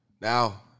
Now